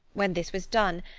when this was done,